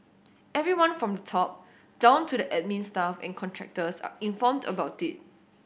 everyone from the top down to the admin staff and contractors are informed about it